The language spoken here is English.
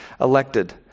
elected